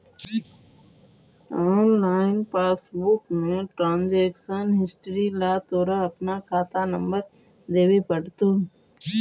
online passbook में transaction history ला तोरा अपना खाता नंबर देवे पडतो